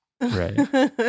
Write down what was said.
right